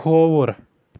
کھووُر